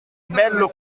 bello